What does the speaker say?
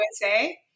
USA